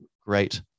great